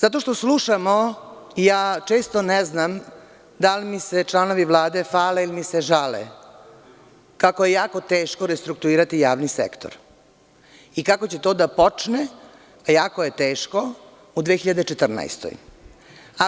Zato što slušamo, ja često ne znam da li mi se članovi Vlade hvale ili mi se žale, kako je jako teško restrukturirati javni sektor i kako će to da počne, a jako je teško u 2014. godini.